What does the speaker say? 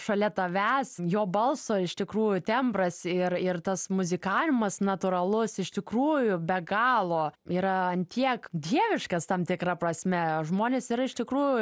šalia tavęs jo balso iš tikrųjų tembras ir ir tas muzikavimas natūralus iš tikrųjų be galo yra ant tiek dieviškas tam tikra prasme žmonės yra iš tikrųjų